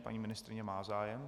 Paní ministryně má zájem.